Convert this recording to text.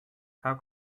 how